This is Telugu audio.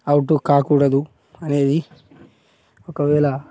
అవుట్ కాకూడదు అనేది ఒకవేళ